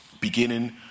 Beginning